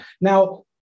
Now